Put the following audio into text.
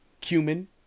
cumin